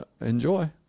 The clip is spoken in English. Enjoy